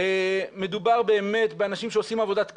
מדובר באמת באנשים שעושים עבודת קודש,